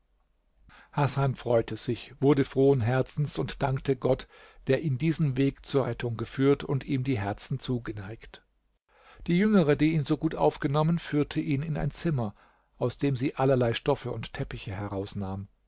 hasan freute sich wurde frohen herzens und dankte gott der ihn diesen weg der rettung geführt und ihm die herzen zugeneigt die jüngere die ihn so gut aufgenommen führte ihn in ein zimmer aus dem sie allerlei stoffe und teppiche herausnahm